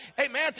Amen